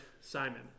Simon